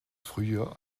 früher